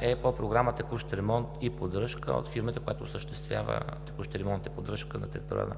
е по програма „Текущ ремонт и поддръжка“ от фирмата, която осъществява текущия ремонт и поддръжка на територията